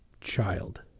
child